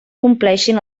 compleixin